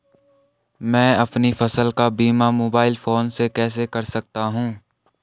मैं अपनी फसल का बीमा मोबाइल फोन से कैसे कर सकता हूँ?